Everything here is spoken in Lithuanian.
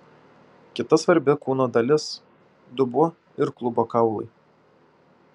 kita svarbi kūno dalis dubuo ir klubo kaulai